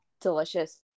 delicious